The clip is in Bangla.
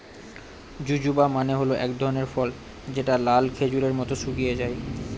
জুজুবা মানে হল এক ধরনের ফল যেটা লাল খেজুরের মত শুকিয়ে যায়